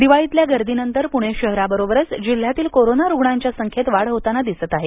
दिवाळीतल्या गर्दीनंतर पूणे शहराबरोबरच जिल्ह्यातील कोरोना रुग्णाच्या संख्येत वाढ होताना दिसत आहे